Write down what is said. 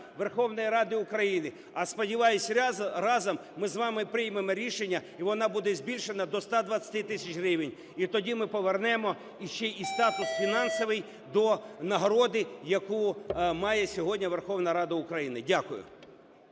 Верховної Ради України. А, сподіваюсь, разом ми з вами приймемо рішення, і вона буде збільшена до 120 тисяч гривень, і тоді ми повернемо ще і статус фінансовий до нагороди, яку має сьогодні Верховна Рада України. Дякую.